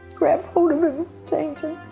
grab hold of him